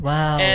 Wow